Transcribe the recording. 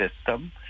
system